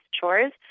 chores